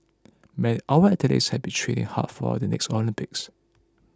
may our athletes have been training hard for the next Olympics